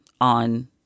on